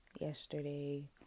yesterday